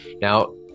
Now